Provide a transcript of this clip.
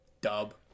Dub